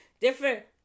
different